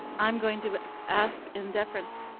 i'm going to ask, in deference